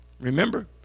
Remember